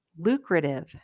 lucrative